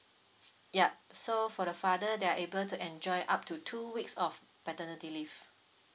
yup so for the father they are able to enjoy up to two weeks of paternity leave